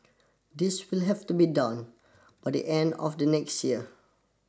this will have to be done by the end of the next year